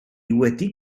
wedi